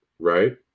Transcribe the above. Right